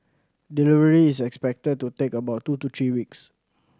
delivery is expected to take about two to three weeks